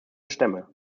stämme